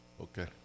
Okay